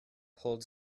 holds